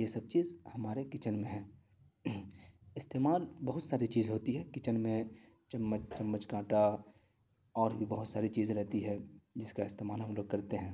یہ سب چیز ہمارے کچن میں ہیں استعمال بہت ساری چیز ہوتی ہے کچن میں چمچ چمچ کا کانٹا اور بھی بہت ساری چیز رہتی ہے جس کا استعمال ہم لوگ کرتے ہیں